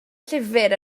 llyfr